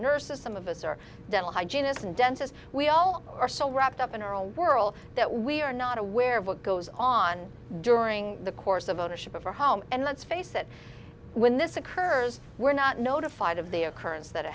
nurses some of us are dental hygienists and dentist we all are so wrapped up in our own world that we are not aware of what goes on during the course of ownership of our home and let's face it when this occurs we're not notified of the occur